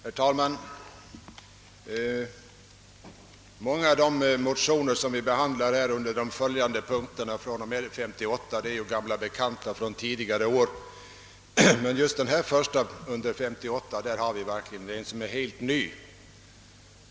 Herr talman! Många av de motioner som behandlas fr.o.m. punkten 58 i utskottets utlåtande är gamla bekanta från tidigare år. Men just under punkten 538 finns ett förslag som verkligen är helt nytt.